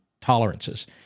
tolerances